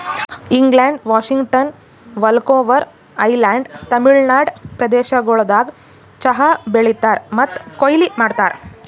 England, Washington, Vancouver island, Tamil Nadu ಪ್ರದೇಶಗೊಳ್ದಾಗ್ ಚಹಾ ಬೆಳೀತಾರ್ ಮತ್ತ ಕೊಯ್ಲಿ ಮಾಡ್ತಾರ್